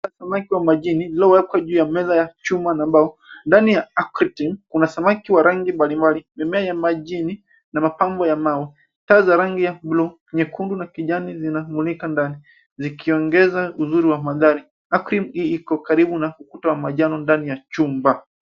Samaki wa majini waliowekwa juu ya meza ya chuma na mbao. Ndani ya aquarium kuna samaki wa rangi mbalimbali, mimea ya majini na mapambo ya mawe. Taa za rangi ya buluu, nyekundu na kijani zinamulika ndani zikiongeza uzuri wa mandhari. Aquarium hii iko karibu na ukuta wa manjano ndani ya chumba.